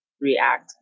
react